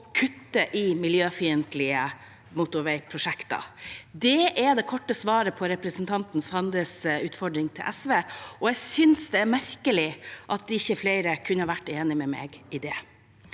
og kutte i miljøfiendtlige motorveiprosjekt. Det er det korte svaret på representanten Sandes utfordring til SV, og jeg synes det er merkelig at ikke flere er enig med meg i det.